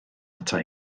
ata